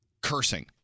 cursing